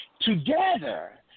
Together